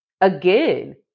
again